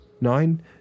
Nine